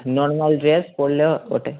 normal dress পরলেও ওটাই